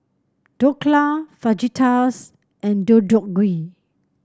Dhokla Fajitas and Deodeok Gui